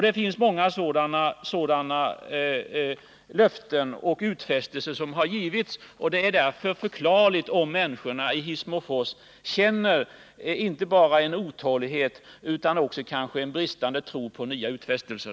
Det är många löften och utfästelser som har givits, och det är därför förklarligt om människorna i Hissmofors känner inte bara otålighet utan kanske också bristande tro på nya utfästelser.